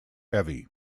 heavy